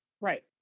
Right